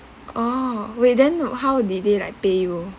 oh wait then how did they like pay you